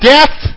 Death